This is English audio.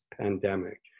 pandemic